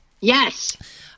Yes